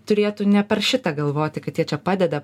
turėtų ne per šitą galvoti kad jie čia padeda